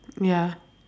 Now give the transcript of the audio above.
ya